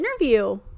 interview